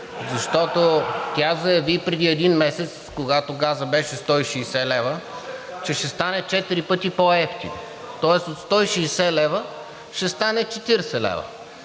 Защото тя заяви преди един месец, когато газът беше 160 лв., че ще стане четири пъти по-евтин, тоест от 160 лв. ще стане 40 лв.